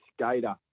skater